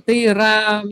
tai yra